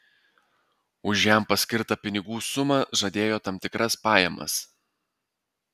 už jam paskirtą pinigų sumą žadėjo tam tikras pajamas